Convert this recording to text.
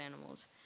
animals